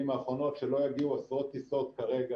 האחרונות שלא יגיעו עשרות טיסות כרגע,